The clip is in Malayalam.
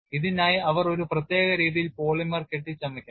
ഇതിനായി അവർ ഒരു പ്രത്യേക രീതിയിൽ പോളിമർ കെട്ടിച്ചമയ്ക്കണം